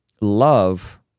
love